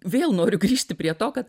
vėl noriu grįžti prie to kad